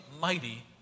mighty